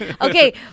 Okay